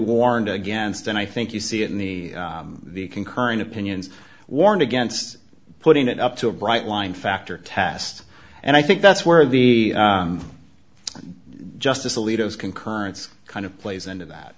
warned against and i think you see it in the the concurring opinions warned against putting it up to a bright line factor test and i think that's where the justice alito is concurrence kind of plays into that